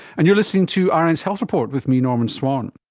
and you're listening to um rn's health report with me, norman swan